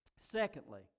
Secondly